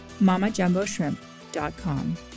MamaJumboShrimp.com